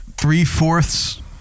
three-fourths